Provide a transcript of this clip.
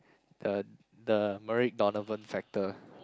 the the Donovan factor